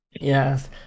Yes